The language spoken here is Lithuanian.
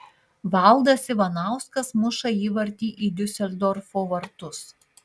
valdas ivanauskas muša įvartį į diuseldorfo vartus